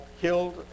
killed